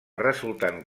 resultant